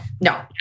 no